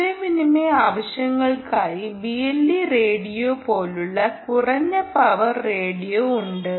ആശയവിനിമയ ആവശ്യങ്ങൾക്കായി BLE radio പോലുള്ള കുറഞ്ഞ പവർ റേഡിയോ ഉണ്ട്